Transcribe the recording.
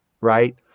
right